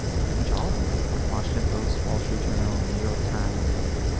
pretty much all of them at this point. washington post, wall street journal, new york times,